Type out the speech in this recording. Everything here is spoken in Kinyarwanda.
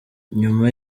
nyuma